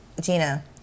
Gina